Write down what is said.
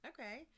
Okay